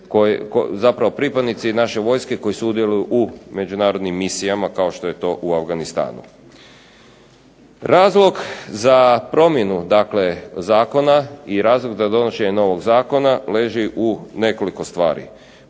zapravo pripadnici naše vojske koji sudjeluju u međunarodnim misijama kao što je to u Afganistanu. Razlog za promjenu zakona i razlog za donošenje novog zakona leži u nekoliko stvari.